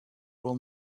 will